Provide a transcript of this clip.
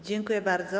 Dziękuję bardzo.